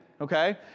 okay